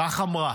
כך אמרה,